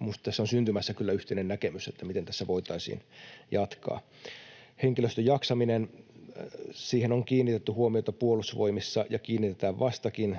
minusta tässä on syntymässä kyllä yhteinen näkemys siitä, miten tässä voitaisiin jatkaa. Henkilöstön jaksaminen — siihen on kiinnitetty huomiota Puolustusvoimissa ja kiinnitetään vastakin.